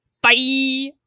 bye